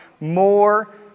more